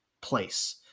place